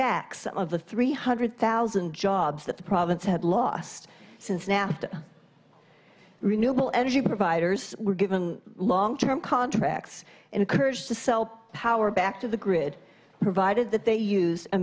back some of the three hundred thousand jobs that the province had lost since nafta renewable energy providers were given long term contracts encouraged to sell power back to the grid provided that they use a